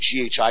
GHI